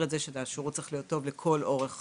את זה שהשירות צריך להיות טוב לכל אורך